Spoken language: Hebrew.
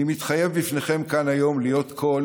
אני מתחייב בפניכם כאן היום להיות קול